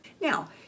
Now